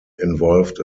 involved